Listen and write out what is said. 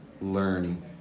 learn